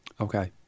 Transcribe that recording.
okay